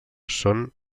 són